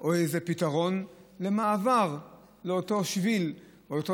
או איזה פתרון למעבר לאותו שביל או אותו